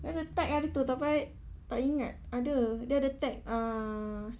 dia ada tag hari itu tapi I tak ingat ada dia ada tag uh